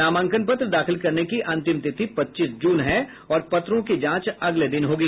नामांकन पत्र दाखिल करने की अंतिम तिथि पच्चीस जून है और पत्रों की जांच अगले दिन होगी